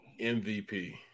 MVP